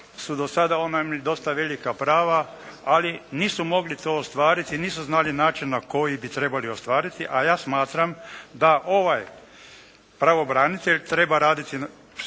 su do sada oni imali dosta velika prava, ali nisu mogli to ostvariti, nisu znali način na koji bi trebali ostvariti. A ja smatram da ovaj pravobranitelj treba raditi